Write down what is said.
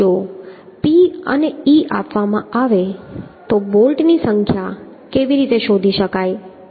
તેથી જો p અને e આપવામાં આવે તો બોલ્ટની સંખ્યા કેવી રીતે શોધી શકાય